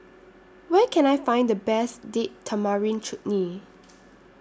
Where Can I Find The Best Date Tamarind Chutney